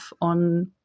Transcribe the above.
on